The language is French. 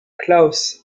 klaus